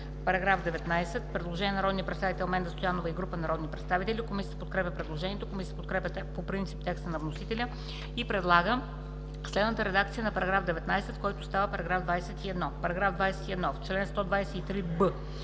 По § 19 има предложение на народния представител Менда Стоянова и група народни представители. Комисията подкрепя предложението. Комисията подкрепя по принцип текста на вносителя и предлага следната редакция на § 19, който става § 21: „§ 21. В чл. 123б